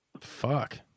Fuck